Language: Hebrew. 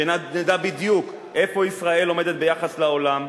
שנדע בדיוק איפה ישראל עומדת ביחס לעולם,